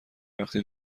وقتی